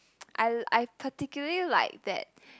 I I particularly like that